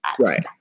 Right